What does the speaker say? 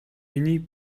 миний